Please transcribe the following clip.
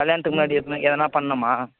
கல்யாணத்துக்கு முன்னாடி எதுனா எதனா பண்ணணுமா